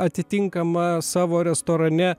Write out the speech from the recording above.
atitinkamą savo restorane